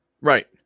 right